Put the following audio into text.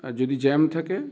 আর যদি জ্যাম থাকে